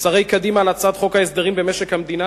שרי קדימה על הצעת חוק ההסדרים במשק המדינה,